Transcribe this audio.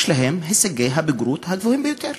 יש להם הישגי הבגרות הגבוהים ביותר.